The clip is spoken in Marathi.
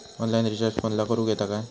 ऑनलाइन रिचार्ज फोनला करूक येता काय?